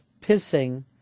pissing